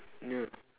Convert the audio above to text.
ya